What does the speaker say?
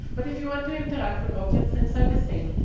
but if you want to interact with objects inside the scene,